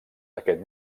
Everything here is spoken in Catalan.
aquest